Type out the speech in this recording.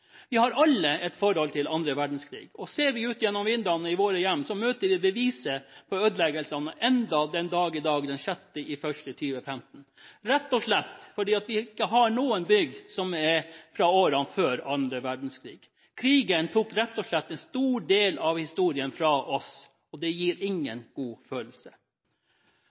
Vi har alle et forhold til 2. verdenskrig. Ser vi ut av vinduene i våre hjem, møter vi beviset på ødeleggelsene ennå den dag i dag, den 6. januar 2015, rett og slett fordi vi ikke har noen bygg som er fra årene før 2. verdenskrig. Krigen tok rett og slett en stor del av historien fra oss, og det gir ingen god følelse.